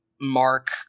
mark